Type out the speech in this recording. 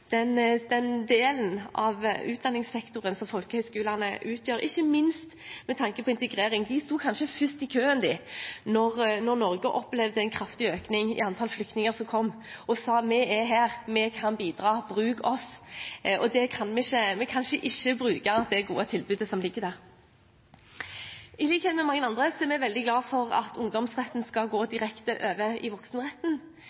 den delen av utdanningssektoren som folkehøyskolene utgjør, ikke minst med tanke på integrering. De sto kanskje først i køen da Norge opplevde en kraftig økning i antallet flyktninger som kom, og sa: Vi er her, vi kan bidra, bruk oss! Vi kan ikke la være å bruke det gode tilbudet som ligger der. I likhet med mange andre er vi veldig glad for at ungdomsretten skal gå